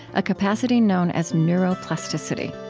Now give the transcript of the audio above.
a capacity known as neuroplasticity